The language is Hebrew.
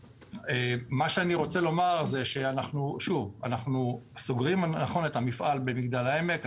מה שאני רוצה לומר זה שאנחנו סוגרים את המפעל במגדל העמק,